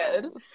good